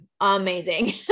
amazing